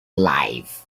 life